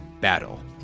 battle